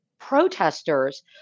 protesters